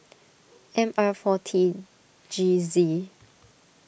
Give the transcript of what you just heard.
M R four T G Z